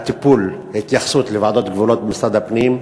הטיפול, ההתייחסות לוועדות גבולות במשרד הפנים.